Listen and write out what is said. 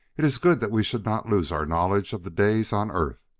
it is good that we should not lose our knowledge of the days on earth.